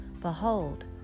Behold